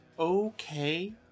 Okay